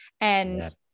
and-